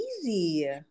easy